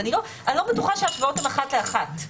אני לא בטוחה שזה אחת לאחת.